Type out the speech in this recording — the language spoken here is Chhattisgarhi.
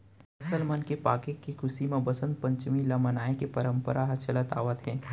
फसल मन के पाके के खुसी म बसंत पंचमी ल मनाए के परंपरा ह चलत आवत हे